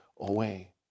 away